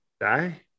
die